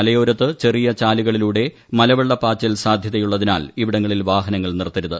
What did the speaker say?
മലയോരത്ത് ചെറിയ ചാലുകളിലൂടെ മലവെള്ളപാച്ചിൽ സാധ്യതയുള്ളതിനാൽ ഇവിടങ്ങളിൽ വാഹനങ്ങൾ നിർത്തരുത്